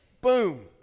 boom